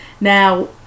Now